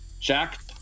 Jack